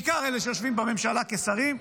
בעיקר אלה שיושבים בממשלה כשרים,